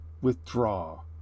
withdraw